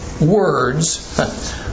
words